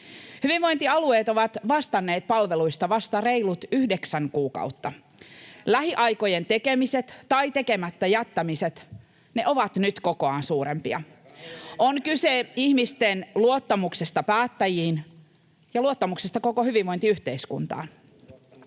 Hyvinvointialueet ovat vastanneet palveluista vasta reilut yhdeksän kuukautta. Lähiaikojen tekemiset tai tekemättä jättämiset ovat nyt kokoaan suurempia. [Ben Zyskowicz: Ai rahojen ei pitänytkään riittää?] On kyse ihmisten luottamuksesta päättäjiin ja luottamuksesta koko hyvinvointiyhteiskuntaan.